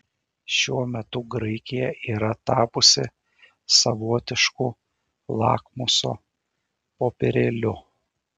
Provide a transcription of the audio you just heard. šiuo metu graikija yra tapusi savotišku lakmuso popierėliu